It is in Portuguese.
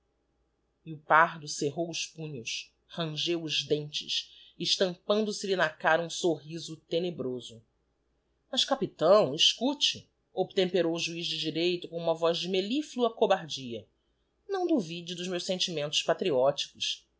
e o pardo cerrou os punhos rangeu os dentes estampando se lhe na cara um sorriso tenebroso mas capitão escute obtemperou o juiz de direito com uma voz de mellillua cobardia não duvide dos meus sentimentos patrióticos